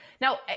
Now